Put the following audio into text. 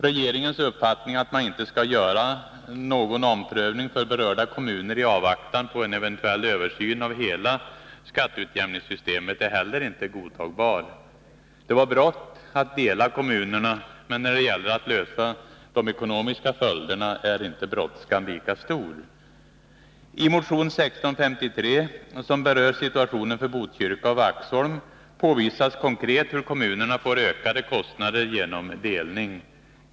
Regeringens uppfattning att man inte skall göra någon omprövning för berörda kommuner i avvaktan på en eventuell översyn av hela skatteutjämningssystemet är heller inte godtagbar. Det var brått att dela kommunerna, men när det gäller att göra något åt de ekonomiska följderna är inte brådskan lika stor. I motion 1653, som berör situationen för Botkyrka och Vaxholm, påvisas konkret hur kommunerna får ökade kostnader på grund av delningen.